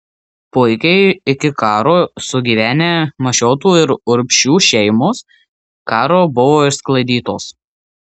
puikiai iki karo sugyvenę mašiotų ir urbšių šeimos karo buvo išsklaidytos